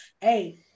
Hey